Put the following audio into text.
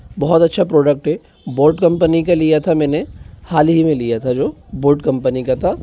बहुत अच्छा प्रोडक्ट है बोट कंपनी का लिया था मैंने हाल ही मे लिया था जो बोट कंपनी का था